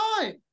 time